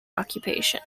occupation